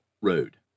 road